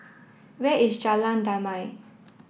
where is Jalan Damai